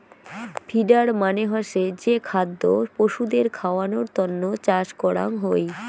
feeder মানে হসে যে খাদ্য পশুদের খাওয়ানোর তন্ন চাষ করাঙ হই